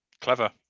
Clever